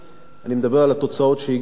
אני מדבר על התוצאות שהגיעו אלי,